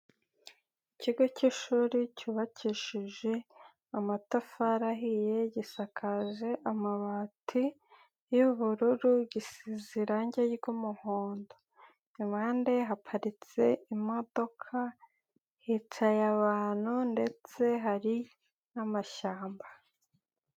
Ikigo cy'shuri cyubakishije amatafari ahiye, gisakaje amabati y'ubururu, gize irangi ry'umuhondo, impande haparitse imodoka hicaye abantu ndetse hari n'amashyamba.